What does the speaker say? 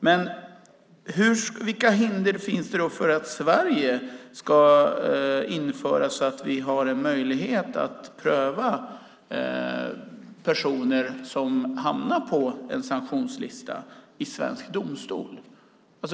Men vilka hinder finns för att Sverige ska införa möjligheten att pröva personer som hamnar på en sanktionslista i svensk domstol?